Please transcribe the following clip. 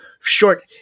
short